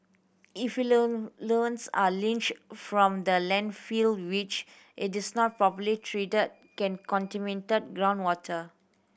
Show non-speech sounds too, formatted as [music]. [unintelligible] are leached from the landfill which it is not properly treated can contaminate groundwater